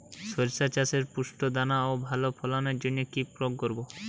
শরিষা চাষে পুষ্ট দানা ও ভালো ফলনের জন্য কি প্রয়োগ করব?